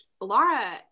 Laura